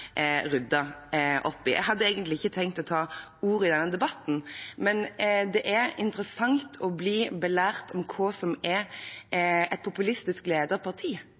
opp i. Jeg hadde egentlig ikke tenkt å ta ordet i denne debatten, men det er interessant å bli belært om hva som er et populistisk ledet parti